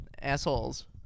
Assholes